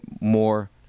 more